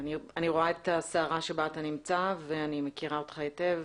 אני רואה את הסערה שבה אתה נמצא ואני מכירה אותך היטב,